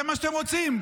זה מה שאתם רוצים?